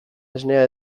esnea